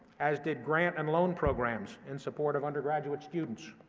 as did grant and loan programs in support of undergraduate students.